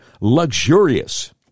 luxurious